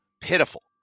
pitiful